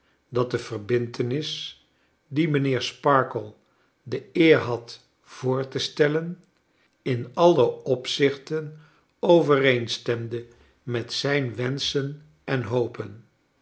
dat de verbintenis die mijnheer sparkler de eer had voor te stellen in alle opzichten overeenstemde met zijn wenschen en hopen